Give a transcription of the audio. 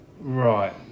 Right